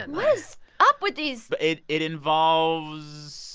and what is up with these? it it involves.